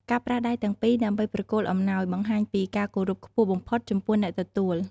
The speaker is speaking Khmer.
ការប្រើដៃទាំងពីរដើម្បីប្រគល់អំណោយ បង្ហាញពី ការគោរពខ្ពស់បំផុត ចំពោះអ្នកទទួល។